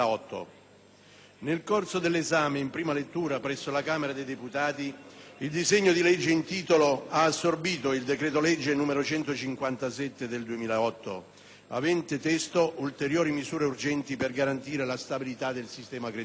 Nel corso dell'esame in prima lettura presso la Camera dei deputati, il disegno di legge in titolo ha assorbito il decreto-legge n. 157 del 2008 (recante ulteriori misure urgenti per garantire la stabilità del sistema creditizio),